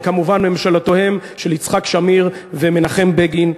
מובן שממשלותיהם של יצחק שמיר ומנחם בגין,